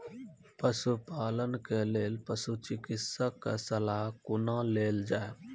पशुपालन के लेल पशुचिकित्शक कऽ सलाह कुना लेल जाय?